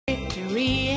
victory